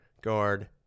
guard